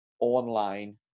online